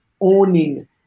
owning